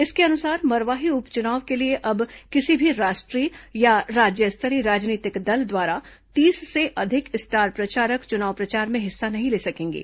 इसके अनुसार मरवाही उपचुनाव के लिए अब किसी भी राष्ट्रीय या राज्य स्तरीय राजनीतिक दल द्वारा तीस से अधिक स्टार प्रचारक चुनाव प्रचार में हिस्सा नहीं ले सकेंगे